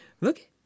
Look